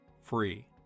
free